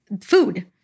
food